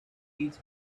each